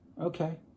Okay